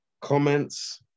comments